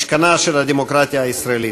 משכנה של הדמוקרטיה הישראלית.